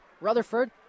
Rutherford